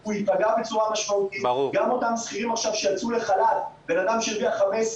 גם החבילה שניתן עכשיו זה לא סוף פסוק.